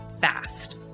fast